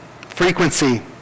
frequency